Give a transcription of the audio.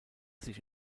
sich